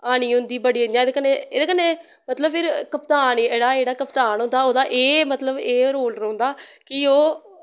हानी होंदी बड़ी इ'यां ते कन्नै एह्दे कन्ने मतलव फिर कपतान जेह्ड़ा जेह्ड़ा कपतान होंदा ओह्दा एह् मतलव एह् रोल रौंह्दा कि ओह्